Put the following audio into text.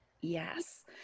Yes